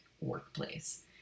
workplace